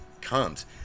comes